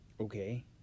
okay